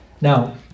Now